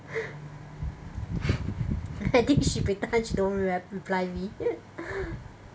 I think she pretend she don't rep~ reply me